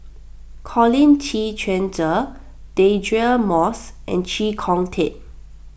Colin Qi Quan Zhe Deirdre Moss and Chee Kong Tet